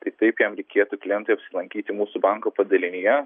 tai taip jam reikėtų klientui apsilankyti mūsų banko padalinyje